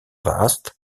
vaast